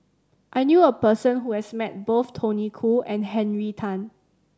I knew a person who has met both Tony Khoo and Henry Tan